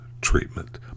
treatment